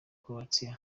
croatia